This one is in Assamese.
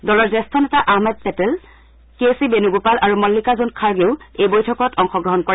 দলৰ জ্যেষ্ঠ নেতা আহমেদ পেটেল কে চি বেণুগোপাল আৰু মল্লিকাৰ্জুন খৰ্গেও বৈঠকত অংশগ্ৰহণ কৰে